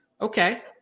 Okay